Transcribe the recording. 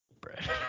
bread